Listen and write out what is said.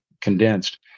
condensed